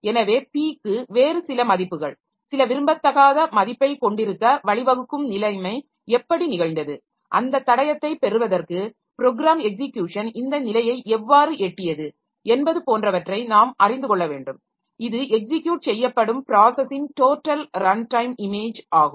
எனவே p க்கு வேறு சில மதிப்புகள் சில விரும்பத்தகாத மதிப்பைக் கொண்டிருக்க வழிவகுக்கும் நிலைமை எப்படி நிகழ்ந்தது அந்த தடயத்தைப் பெறுவதற்கு ப்ரோக்ராம் எக்ஸிக்யூஷன் இந்த நிலையை எவ்வாறு எட்டியது என்பது போன்றவற்றை நாம் அறிந்து கொள்ள வேண்டும் இது எக்ஸிக்யுட் செய்யப்படும் ப்ராஸஸின் டோட்டல் ரன் டைம் இமேஜ் ஆகும்